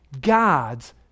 God's